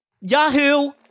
Yahoo